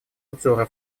обзора